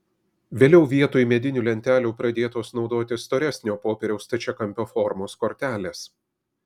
vėliau vietoj medinių lentelių pradėtos naudoti storesnio popieriaus stačiakampio formos kortelės